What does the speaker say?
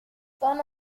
sono